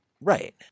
Right